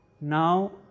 Now